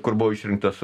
kur buvau išrinktas